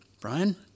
Brian